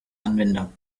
anwender